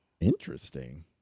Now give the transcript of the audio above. Interesting